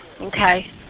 Okay